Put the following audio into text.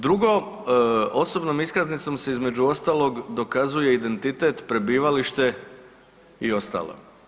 Drugo, osobnom iskaznicom se između ostalog dokazuje identitet, prebivalište i ostalo.